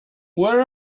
where